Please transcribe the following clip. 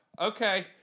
okay